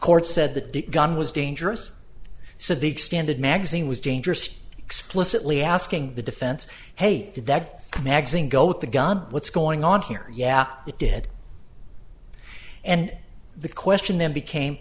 courts said the gun was dangerous so the extended magazine was dangerous explicitly asking the defense hey did that magazine go with the gun what's going on here yeah it did and the question then became